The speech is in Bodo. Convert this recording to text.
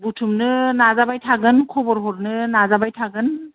बुथुमनो नाजाबाय थागोन खबर हरनो नाजाबाय थागोन